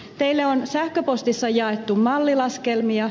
teille on sähköpostissa jaettu mallilaskelmia